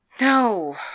No